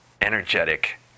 energetic